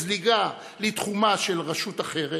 זליגה לתחומה של רשות אחרת,